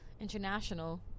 international